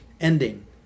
ending